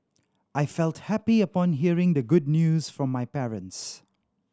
I felt happy upon hearing the good news from my parents